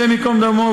השם ייקום דמו,